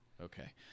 Okay